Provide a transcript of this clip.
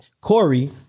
Corey